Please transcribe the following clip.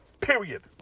Period